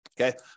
Okay